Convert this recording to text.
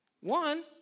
One